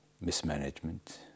mismanagement